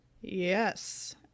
Yes